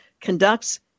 conducts